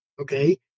okay